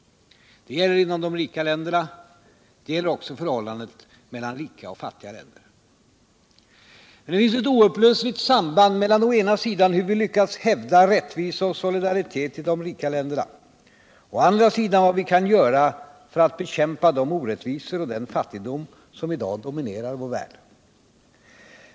Det gäller inom de rika länderna. Det gäller också förhållandet mellan rika och fattiga länder. Det finns ett oupplösligt samband mellan å ena sidan hur vi lyckas hävda rättvisa och solidaritet i de rika länderna och å andra sidan vad vi kan göra för att bekämpa de orättvisor och den fattigdom som i dag dominerar vår värld.